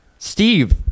Steve